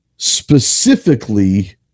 specifically